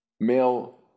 male